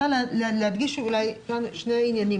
אני רוצה להדגיש שני עניינים.